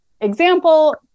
example